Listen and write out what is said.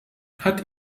hat